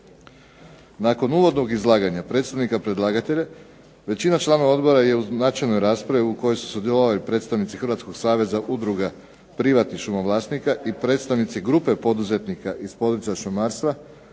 Nakon uvodnog izlaganja predstavnika predlagatelja većina članova odbora je u načelnoj raspravi u kojoj su sudjelovali i predstavnici Hrvatskog saveza udruga privatnih šumo vlasnika i predstavnici grupe poduzetnika iz područja šumarstva